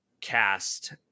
cast